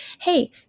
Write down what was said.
hey